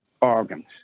organs